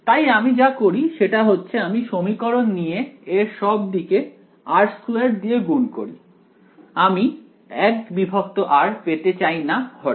তাই আমি যা করি সেটা হচ্ছে আমি সমীকরণ নিয়ে এর সব দিকে r2 দিয়ে গুণ করি আমি 1r পেতে চাই না হরে